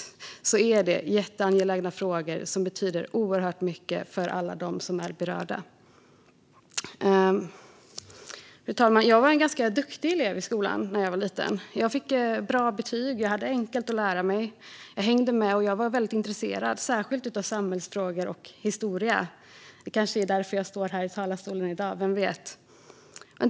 Det är frågor som är jätteangelägna och som betyder oerhört mycket för alla som är berörda. Fru talman! Jag var en ganska duktig elev i skolan när jag var liten. Jag fick bra betyg, och det var enkelt för mig att lära. Jag hängde med och var väldigt intresserad, särskilt av samhällsfrågor och historia. Det kanske är därför jag står här i talarstolen i dag, vem vet.